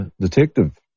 detective